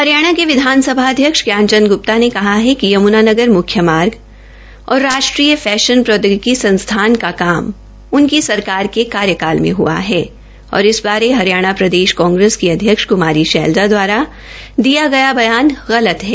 हरियाणा के विधानसभा अध्यक्ष ज्ञान चंद ग्प्ता ने कहा है कि यमुनानगर मुख्यमार्ग और राष्ट्रीय फेशन प्रौदयगिकी संसथान का काम उनकी सरकार के कार्याकाल में हआ है और इस बारे हरियाणा प्रदेश कांग्रेस अध्यक्ष कुमारी शैलजा दवारा दिया गया बयान गलत है